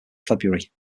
february